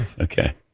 Okay